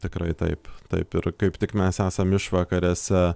tikrai taip taip ir kaip tik mes esam išvakarėse